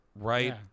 Right